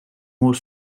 more